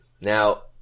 Now